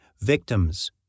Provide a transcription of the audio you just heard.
victims